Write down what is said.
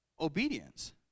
obedience